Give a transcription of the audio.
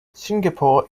singapore